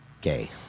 Gay